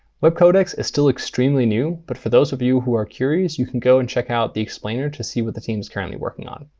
webcodecs is still extremely new. but for those of you who are curious, you can go and check out the explainer to see what the team is currently working on.